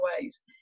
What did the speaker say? ways